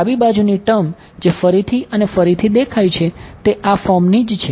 તો ડાબી બાજુની ટર્મ જે ફરીથી અને ફરીથી દેખાય છે તે આ ફોર્મની જ છે